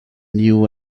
new